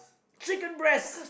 chicken breast